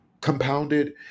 compounded